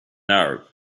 arab